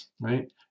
right